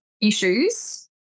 issues